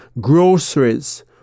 groceries